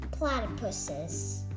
platypuses